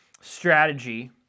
strategy